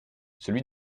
celui